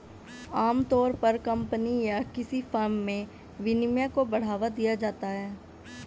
आमतौर पर कम्पनी या किसी फर्म में विनियमन को बढ़ावा दिया जाता है